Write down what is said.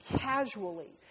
casually